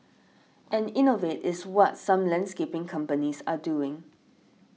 and innovate is what some landscaping companies are doing